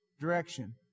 direction